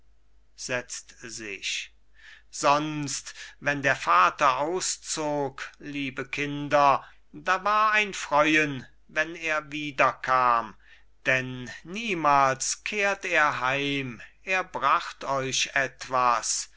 sonst wenn der vater auszog liebe kinder da war ein freuen wenn er wiederkam denn niemals kehrt er heim er bracht euch etwas